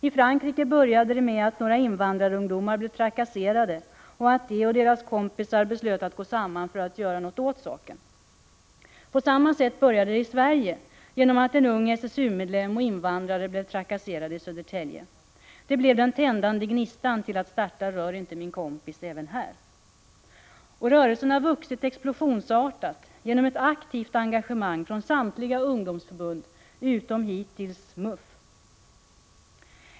I Frankrike började det med att några invandrarungdomar blev trakasserade och att de och deras kompisar beslöt att gå samman för att göra något åt saken. På samma sätt började det i Sverige genom att en ung SSU-medlem och invandrare blev trakasserade i Södertälje. Det blev den tändande gnistan till att starta ”Rör inte min kompis” även här. Rörelsen har vuxit explosionsartat genom ett aktivt engagemang från samtliga ungdomsförbund utom hittills MUF.